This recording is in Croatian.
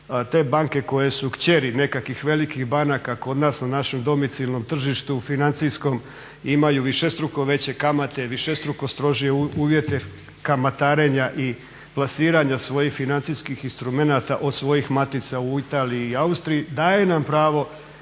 te banke koje su kćeri nekakvih velikih banaka kod nas na našem domicilnom tržištu, financijskom imaju višestruko veće kamate, višestruko strože uvjete kamatarenja i plasiranja svojih financijskih instrumenata od svojih matica u Italiji i Austriji. Daje nam pravo